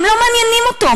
הם לא מעניינים אותו.